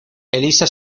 elisa